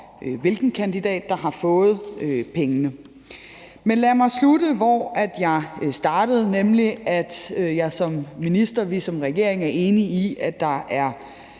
hvilken kandidat der har fået pengene. Men lad mig slutte, hvor jeg startede, nemlig med at sige, at jeg som minister og vi som regering er enige i, at der er